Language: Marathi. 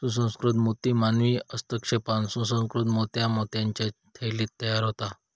सुसंस्कृत मोती मानवी हस्तक्षेपान सुसंकृत मोत्या मोत्याच्या थैलीत तयार होता